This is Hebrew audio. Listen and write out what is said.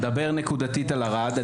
אתה מדבר נקודתית על ערד,